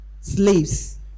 slaves